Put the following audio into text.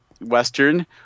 Western